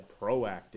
proactive